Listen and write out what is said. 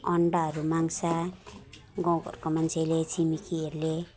अन्डाहरू माग्छ गाउँ घरका मान्छेहरूले छिमेकीहरूले